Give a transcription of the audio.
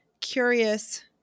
curious